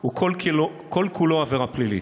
הוא כל-כולו עבירה פלילית.